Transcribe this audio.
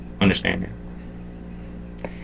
understanding